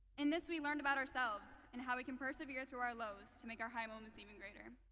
and this, we learned about ourselves and how we can persevere through our lows to make our high moments even greater.